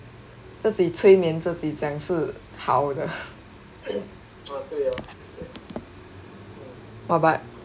自己催眠自己讲是好的 !wah! but